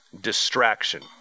distraction